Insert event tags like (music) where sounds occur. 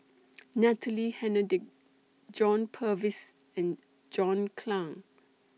(noise) Natalie Hennedige John Purvis and John Clang